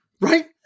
right